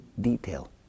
detail